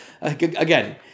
Again